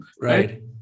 right